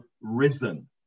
risen